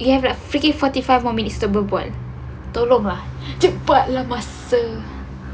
you have like freaking forty five more minute to berbual tolong lah cepat lah masa